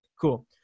Cool